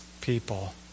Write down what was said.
people